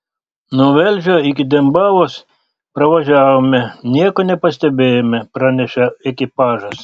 nuo velžio iki dembavos pravažiavome nieko nepastebėjome praneša ekipažas